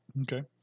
okay